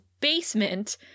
basement